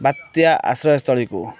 ବାତ୍ୟା ଆଶ୍ରୟ ସ୍ଥଳୀ କୁ